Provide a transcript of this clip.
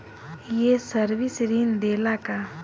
ये सर्विस ऋण देला का?